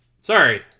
Sorry